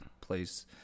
place